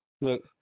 look